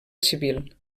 civil